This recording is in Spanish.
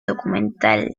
documental